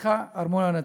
סליחה, ארמון-הנציב.